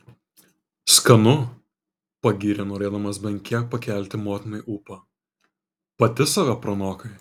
skanu pagyrė norėdamas bent kiek pakelti motinai ūpą pati save pranokai